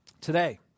Today